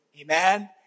Amen